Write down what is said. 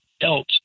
else